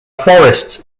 forests